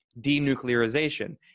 denuclearization